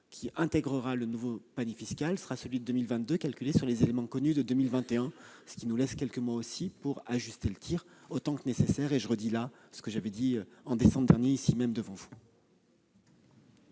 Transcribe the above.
qui intégrera le nouveau panier fiscal sera celui de 2022, calculé sur les éléments connus de 2021, ce qui nous laisse quelques mois, là encore, pour ajuster le tir autant que nécessaire- je redis là ce que j'avais dit en décembre dernier ici même devant vous.